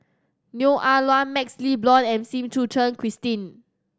Neo Ah Luan MaxLe Blond and Sim Suchen Christine